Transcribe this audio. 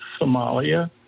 Somalia